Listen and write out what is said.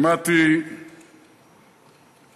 שמעתי את חברי,